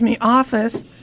office